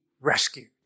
rescued